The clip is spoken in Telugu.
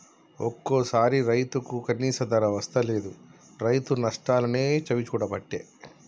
ఒక్కోసారి రైతుకు కనీస ధర వస్తలేదు, రైతు నష్టాలనే చవిచూడబట్టే